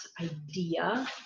idea